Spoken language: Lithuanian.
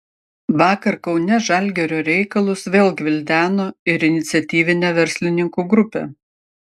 vakar kaune žalgirio reikalus vėl gvildeno ir iniciatyvinė verslininkų grupė